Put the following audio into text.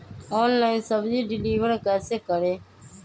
Online सब्जी deliver कैसे करें?